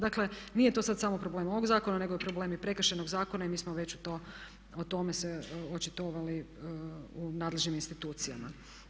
Dakle, nije to sad samo problem ovog zakona nego je i problem i Prekršajnog zakona i mi smo već o tome se očitovali u nadležnim institucijama.